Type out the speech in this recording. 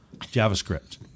JavaScript